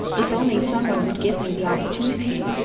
if only some one would give me the opportunity.